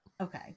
Okay